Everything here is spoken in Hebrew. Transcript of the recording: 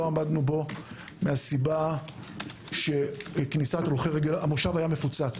לא עמדנו בו מן הסיבה שהמושב היה מפוצץ,